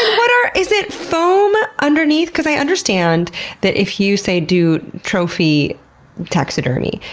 but is it foam underneath? because i understand that if you, say, do trophy taxidermy,